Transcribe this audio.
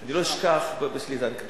אני לא אשכח, יש לי איזו אנקדוטה.